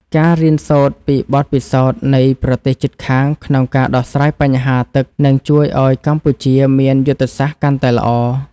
ការរៀនសូត្រពីបទពិសោធន៍នៃប្រទេសជិតខាងក្នុងការដោះស្រាយបញ្ហាទឹកនឹងជួយឱ្យកម្ពុជាមានយុទ្ធសាស្ត្រកាន់តែល្អ។